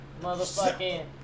motherfucking